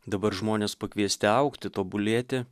dabar žmonės pakviesti augti tobulėti